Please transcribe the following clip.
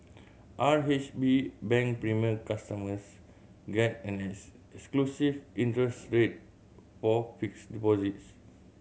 R H B Bank Premier customers get an else exclusive interest rate for fixed deposits